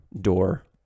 door